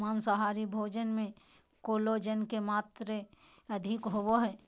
माँसाहारी भोजन मे कोलेजन के मात्र अधिक होवो हय